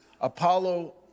Apollo